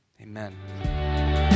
Amen